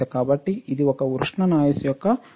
కాబట్టి ఇది ఒక ఉష్ణ నాయిస్ యొక్క ఉదాహరణ